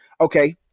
okay